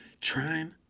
trying